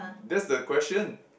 that's the question